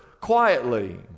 quietly